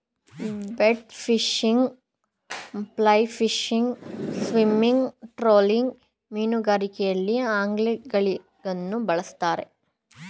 bait fishing, fly fishing, spinning, trolling ಮೀನುಗಾರಿಕೆಯಲ್ಲಿ ಅಂಗ್ಲಿಂಗ್ಗಳನ್ನು ಬಳ್ಸತ್ತರೆ